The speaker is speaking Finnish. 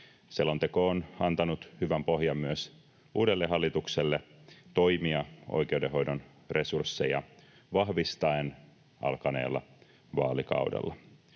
Selonteko on antanut hyvän pohjan myös uudelle hallitukselle toimia oikeudenhoidon resursseja vahvistaen alkaneella vaalikaudella.